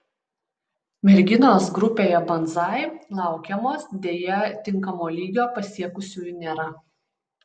merginos grupėje banzai laukiamos deja tinkamo lygio pasiekusiųjų nėra